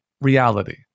reality